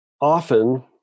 often